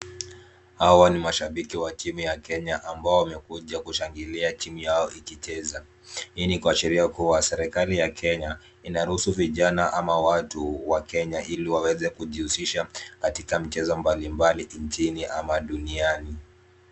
Hawa ni mashabiki wa timu ya Kenya ambao wamekuja kushangilia timu yao ikicheza. Hii ni kuasheria kuwa serikali ya Kenya inaruhusu vijana ama watu wa Kenya ili waweze kujihusisha katika mchezo mbalimbali nchini ama duniani.